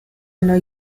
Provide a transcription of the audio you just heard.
uno